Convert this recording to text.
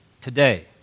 today